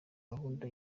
gahunda